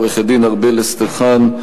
עורכת-הדין ארבל אסטרחן,